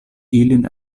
ilin